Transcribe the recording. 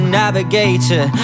navigator